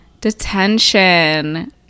detention